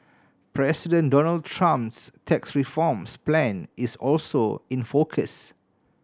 President Donald Trump's tax reforms plan is also in focus